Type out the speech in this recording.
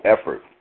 effort